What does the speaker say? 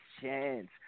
chance